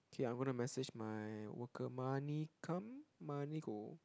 okay I'm gonna message my worker money come money go